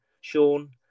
Sean